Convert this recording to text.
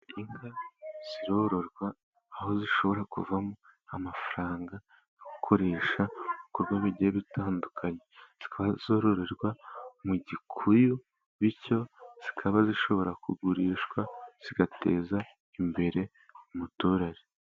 Inka zirororwa, aho zishobora kuvamo amafaranga yo gukoresha mu bikorwa bigiye bitandukanye. Zikaba zororerwa mu gikuyu, bityo zikaba zishobora kugurishwa zigateza imbere umuturage.